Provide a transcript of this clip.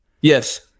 Yes